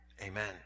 Amen